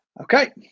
Okay